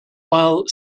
while